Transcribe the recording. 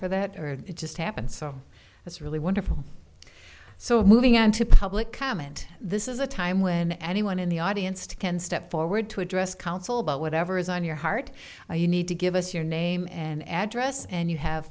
for that it just happened so that's really wonderful so moving on to public comment this is a time when anyone in the audience to can step forward to address council about whatever is on your heart or you need to give us your name and address and you have